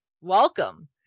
welcome